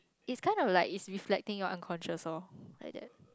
it's kind of like you reflecting your unconscious lor like that